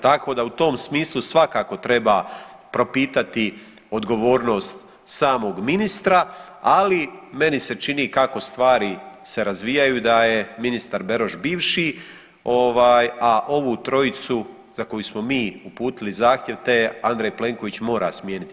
Tako da u tom smislu svakako treba propitati odgovornost samog ministra, ali meni se čini kako stvari se razvijaju da je ministar Beroš bivši, a ovu trojicu za koju smo mi uputili zahtjev, te Andrej Plenković mora smijeniti.